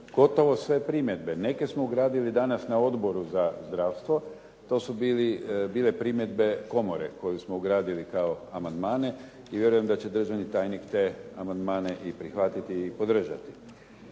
gotovo sve primjedbe. Neke smo ugradili danas na Odboru za zdravstvo. To su bile primjedbe komore koje smo ugradili kao amandmane i vjerujem da će državni tajnik te amandmane i prihvatiti i podržati.